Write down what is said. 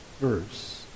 verse